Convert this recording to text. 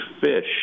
fish